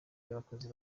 y’abakozi